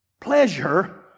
pleasure